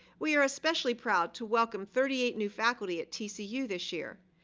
we are especially proud to welcome thirty eight new faculty at tcu this year.